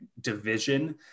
division